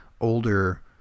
older